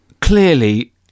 clearly